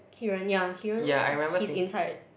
Keiran ya Keiran he's inside